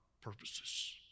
purposes